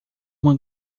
uma